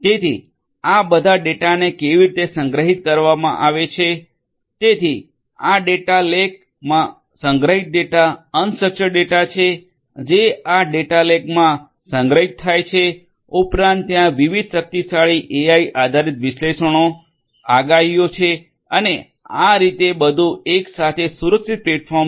તેથી આ આ બધા ડેટાને કેવી રીતે સંગ્રહિત કરવામાં આવે છે તેથી આ ડેટા લેકમાં સંગ્રહિત ડેટા અનસ્ટ્રકચડ ડેટા છે જે આ ડેટા લેક માં સંગ્રહિત થાય છે ઉપરાંત ત્યાં વિવિધ શક્તિશાળી એઆઈ આધારિત વિશ્લેષણો આગાહીઓ છે અને આ રીતે બધું એક સાથે સુરક્ષિત પ્લેટફોર્મ છે